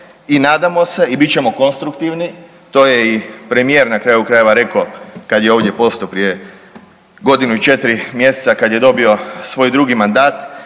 i nadamo se i bit ćemo konstruktivni, to je i premijer na kraju krajeva rekao, kad je ovdje postao pred godinu i 4 mjeseca, kad je dobio svoj drugi mandat,